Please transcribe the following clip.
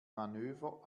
manöver